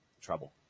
trouble